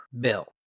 bill